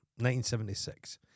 1976